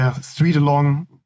street-along